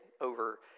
over